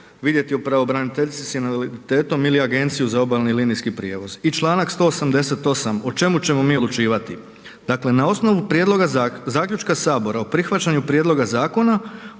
vidjeti o pravobraniteljici s invaliditetom ili Agenciju za obalni linijski prijevoz. I Članak 188. o čemu ćemo mi odlučivati, dakle: „Na osnovu prijedloga zaključka sabora o prihvaćanju prijedloga zakona,